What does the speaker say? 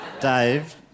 Dave